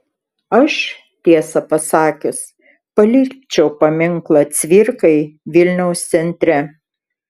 aš tiesą pasakius palikčiau paminklą cvirkai vilniaus centre